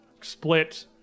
split